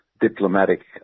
diplomatic